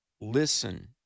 listen